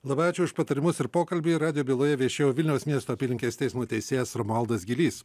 labai ačiū už patarimus ir pokalbį radijo byloje viešėjo vilniaus miesto apylinkės teismo teisėjas romualdas gylys